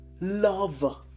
love